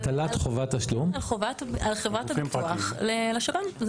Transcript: על חברת הביטוח לשב"ן.